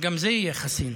וגם זה יהיה חסין.